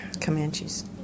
Comanches